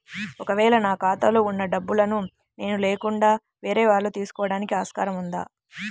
ఒక వేళ నా ఖాతాలో వున్న డబ్బులను నేను లేకుండా వేరే వాళ్ళు తీసుకోవడానికి ఆస్కారం ఉందా?